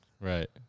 Right